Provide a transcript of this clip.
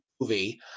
movie